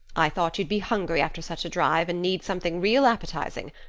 i thought you'd be hungry after such a drive and need something real appetizing.